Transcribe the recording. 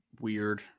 weird